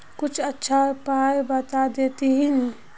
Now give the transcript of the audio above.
कुछ अच्छा उपाय बता देतहिन?